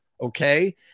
okay